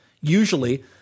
Usually